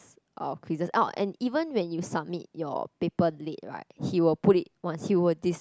of quizzes oh and even when you submit your paper late right he will put it one he will dis~